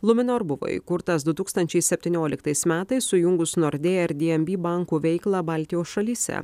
luminor buvo įkurtas du tūkstančiai septynioliktais metais sujungus nordea ir dnb bankų veiklą baltijos šalyse